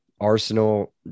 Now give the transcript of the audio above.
arsenal